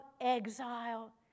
exile